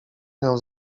miał